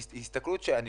היא הסתכלות שהיא